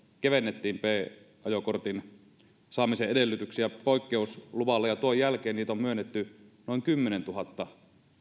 kevennettiin b ajokortin saamisen edellytyksiä poikkeusluvalla ja tuon jälkeen niitä on myönnetty noin kymmenentuhatta